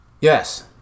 yes